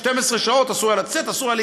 12 שעות אסור היה להיכנס,